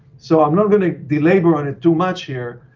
so i'm not going to belabour on it too much here,